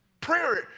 Prayer